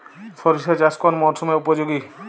সরিষা চাষ কোন মরশুমে উপযোগী?